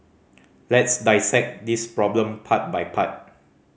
let's dissect this problem part by part